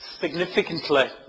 significantly